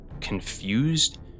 confused